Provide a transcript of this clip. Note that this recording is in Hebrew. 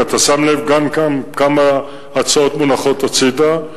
כי אתה שם לב גם כאן כמה הצעות מונחות הצדה.